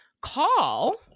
Call